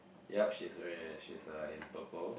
yup she's wear she's uh in purple